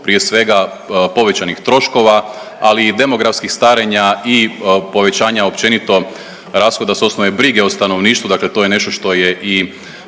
prije svega povećanih troškova, ali i demografskih starenja i povećanja općenito rashoda s osnove brige o stanovništvu, dakle to je nešto što je i